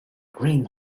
green